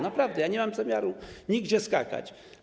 Naprawdę nie mam zamiaru nigdzie skakać.